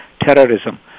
terrorism